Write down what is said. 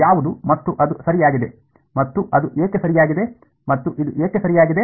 ಯಾವುದು ಮತ್ತು ಅದು ಸರಿಯಾಗಿದೆ ಮತ್ತು ಅದು ಏಕೆ ಸರಿಯಾಗಿದೆ ಮತ್ತು ಇದು ಏಕೆ ಸರಿಯಾಗಿದೆ